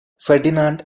ferdinand